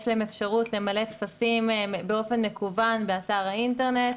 יש להם אפשרות למלא טפסים באופן מקוון באתר האינטרנט.